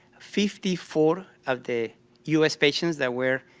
fifty four of the u s. patients that were